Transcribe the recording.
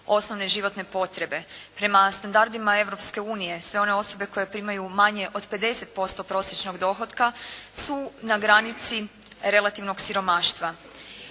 osnovne životne potrebe. Prema standardima Europske unije, sve one osobe koje primaju manje od 50% prosječnog dohotka su na granici relativnog siromaštva.